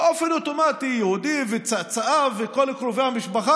באופן אוטומטי יהודי וצאצאיו וכל קרובי המשפחה